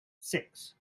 six